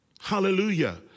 Hallelujah